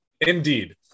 indeed